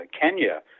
Kenya